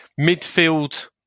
Midfield